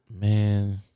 Man